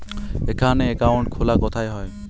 এখানে অ্যাকাউন্ট খোলা কোথায় হয়?